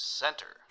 center